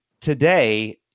today